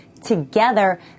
Together